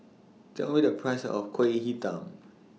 Tell Me The Price of Kuih Talam